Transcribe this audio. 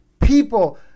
people